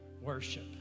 worship